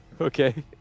Okay